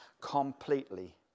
completely